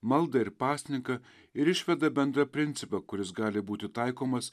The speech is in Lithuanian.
maldą ir pasninką ir išveda bendrą principą kuris gali būti taikomas